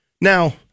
Now